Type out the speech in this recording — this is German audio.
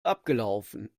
abgelaufen